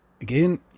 Again